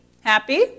Happy